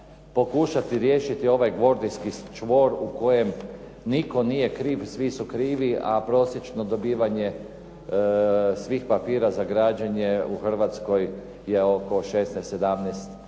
pokušati riješiti ovaj …/Govornik se ne razumije./… u kojem nitko nije kriv, svi su krivi, a prosječno dobivanje svih papira za građenje u Hrvatskoj je oko 16, 17